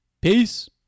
Peace